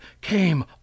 came